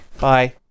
Bye